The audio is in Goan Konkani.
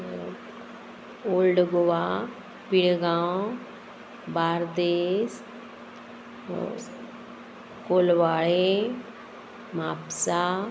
ओल्ड गोवा पिळगांव बार्देस कोलवाळे म्हापसा